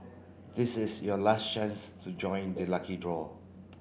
this is your last chance to join the lucky draw